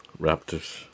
Raptors